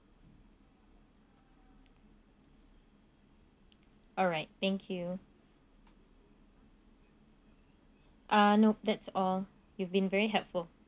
alright thank you uh nope that's all you've been very helpful